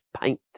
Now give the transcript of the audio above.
paint